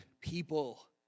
people